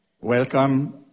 welcome